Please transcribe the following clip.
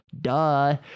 Duh